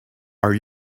are